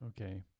okay